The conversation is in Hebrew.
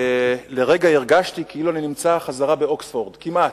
לרגע הרגשתי כאילו אני נמצא חזרה באוקספורד, כמעט,